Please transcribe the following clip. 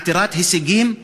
עתירת הישגים,